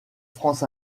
france